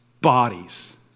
bodies